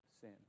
sin